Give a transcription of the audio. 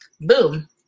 Boom